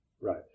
Right